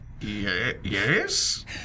yes